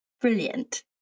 Brilliant